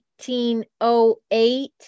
1808